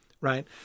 right